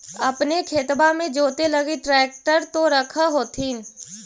अपने खेतबा मे जोते लगी ट्रेक्टर तो रख होथिन?